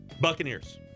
Buccaneers